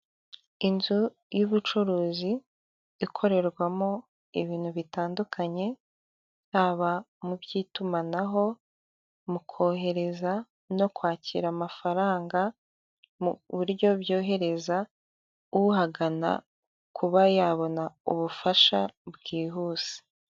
Inzu y'ubucuruzi ikorerwamo ibintu bitandukanye haba mu by'itumanaho mu kohereza no kwakira amafaranga mu buryo byohereza uhagana kuba yabona ubufasha bwihuse.